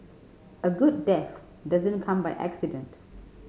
a good death doesn't come by accident